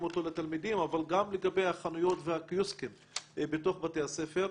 לתלמידים אבל גם לגבי החנויות והקיוסקים בתוך בתי הספר.